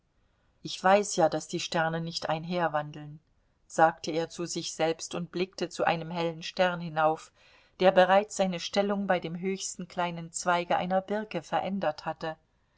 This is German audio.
ich weiß ja daß die sterne nicht einherwandeln sagte er zu sich selbst und blickte zu einem hellen stern hinauf der bereits seine stellung bei dem höchsten kleinen zweige einer birke verändert hatte